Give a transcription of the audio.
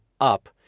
Up